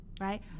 right